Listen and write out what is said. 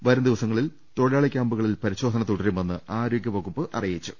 വരും ദിവസങ്ങളിലും തൊഴിലാളി ക്യാമ്പുകളിൽ പരിശോ ധന തുടരുമെന്ന് ആരോഗ്യവകുപ്പ് അറിയിച്ചു